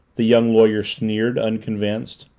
the young lawyer sneered, unconvinced.